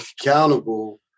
accountable